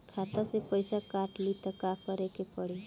खाता से पैसा काट ली त का करे के पड़ी?